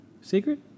Secret